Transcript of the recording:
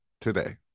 today